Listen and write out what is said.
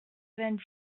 vingt